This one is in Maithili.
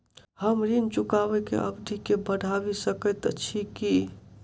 हम ऋण चुकाबै केँ अवधि केँ बढ़ाबी सकैत छी की?